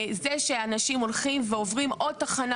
זה שאנשים הולכים ועוברים עוד תחנה